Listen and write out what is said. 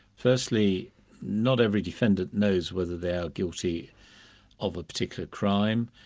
firstly not every defendant knows whether they are guilty of a particular crime.